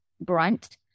brunt